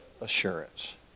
assurance